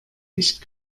nicht